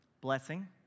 Blessing